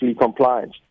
compliant